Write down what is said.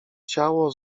ciało